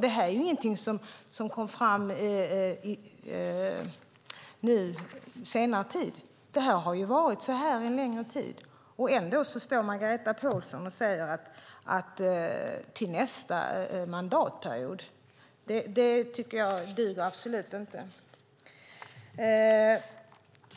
Det här är ingenting som kommit fram på senare tid, utan så här har det varit en längre tid. Ändå står Margareta Pålsson och talar om nästa mandatperiod. Det duger inte.